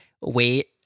wait